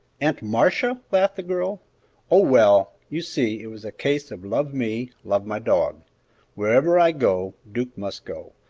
aunt marcia? laughed the girl oh, well, you see it was a case of love me, love my dog wherever i go, duke must go,